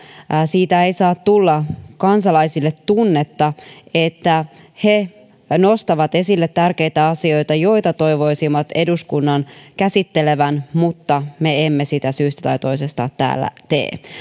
siitä ei saa tulla kansalaisille tunnetta että he nostavat esille tärkeitä asioita joita toivoisivat eduskunnan käsittelevän mutta me emme sitä syystä tai toisesta täällä tee